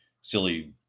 silly